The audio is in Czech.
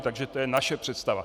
Takže to je naše představa.